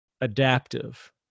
adaptive